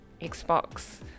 Xbox